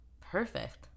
Perfect